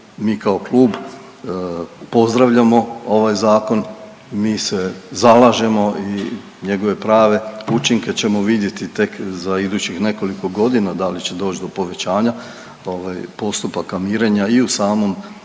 mi kao klub pozdravljamo ovaj zakon, mi se zalažemo i njegove prave učinke ćemo vidjeti tek za idućih nekoliko godina, da li će doć do povećanja postupaka mirenja i u samom